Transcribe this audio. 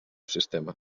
sistema